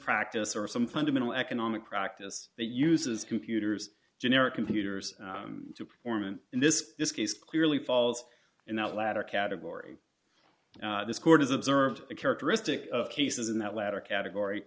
practice or some fundamental economic practice that uses computers generic computers to perform and in this case clearly falls in that latter category this chord is observed the characteristic of cases in that latter category